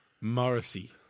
Morrissey